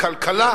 בכלכלה,